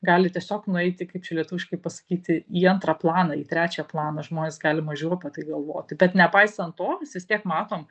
gali tiesiog nueiti kaip čia lietuviškai pasakyti į antrą planą į trečią planą žmonės gali mažiau apie tai galvoti bet nepaisant to mes vis tiek matom